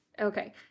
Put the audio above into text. Okay